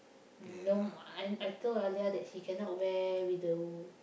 mm no I I told Alia that she cannot wear with the